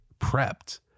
prepped